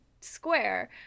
square